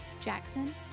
Jackson